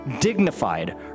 dignified